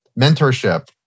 mentorship